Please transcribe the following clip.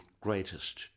greatest